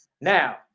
Now